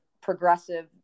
progressive